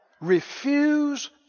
Refuse